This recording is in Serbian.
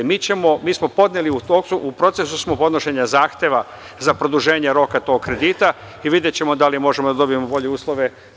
Mi smo u procesu podnošenja zahteva za produženje roka tog kredita i videćemo da li možemo da dobijemo bolje uslove.